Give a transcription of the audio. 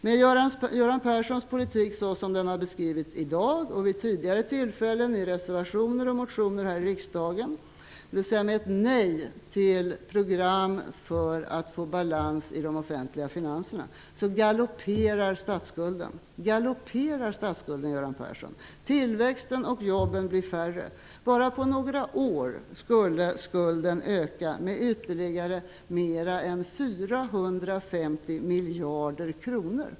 Men Göran Perssons politik, såsom den har beskrivits i dag och vid tidigare tillfällen i reservationer och motioner här i riksdagen -- dvs. ett nej till ett program för att få balans i de offentliga finanserna --, galopperar statsskulden, Göran Persson! Tillväxten minskar och jobben blir färre. På bara några år skulle skulden öka med mer än 450 miljarder kronor!